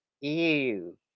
Ew